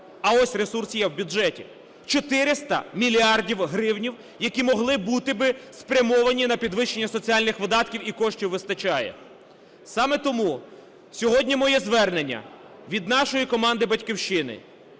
А ось ресурс є в бюджеті – 400 мільярдів гривень, які могли бути би спрямовані на підвищення соціальних видатків і коштів вистачає. Саме тому сьогодні моє звернення від нашої команди "Батьківщини",